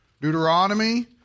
Deuteronomy